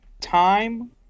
time